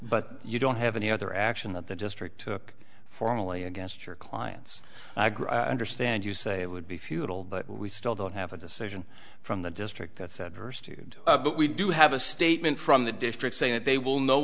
but you don't have any other action that the district took formally against your clients understand you say it would be futile but we still don't have a decision from the district that's adverse to but we do have a statement from the district saying that they will no